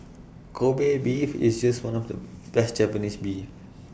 Kobe Beef is just one of the best Japanese Beef